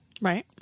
Right